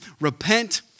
repent